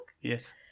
Yes